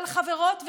אבל, חברות וחברים,